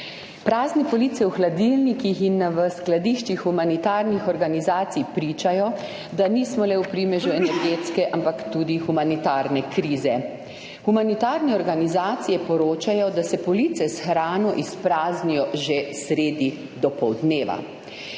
Prazne police v hladilnikih in skladiščih humanitarnih organizacij pričajo, da nismo le v primežu energetske, ampak tudi humanitarne krize. Humanitarne organizacije poročajo, da se police s hrano izpraznijo že sredi dopoldneva.